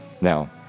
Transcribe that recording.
Now